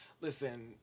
listen